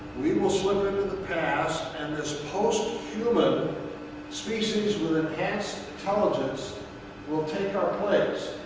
we will slip into the past, and this post-human species with enhanced intelligence will take our place.